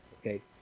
okay